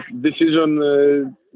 Decision